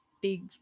big